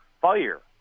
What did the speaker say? fire